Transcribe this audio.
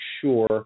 sure